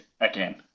again